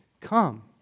Come